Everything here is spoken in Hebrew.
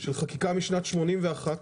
של חקיקה משנת 81',